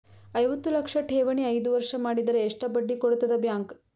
ಐವತ್ತು ಲಕ್ಷ ಠೇವಣಿ ಐದು ವರ್ಷ ಮಾಡಿದರ ಎಷ್ಟ ಬಡ್ಡಿ ಕೊಡತದ ಬ್ಯಾಂಕ್?